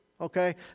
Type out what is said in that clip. Okay